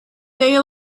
day